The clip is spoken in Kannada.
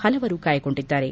ಹಲವರು ಗಾಯಗೊಂಡಿದಾರೆ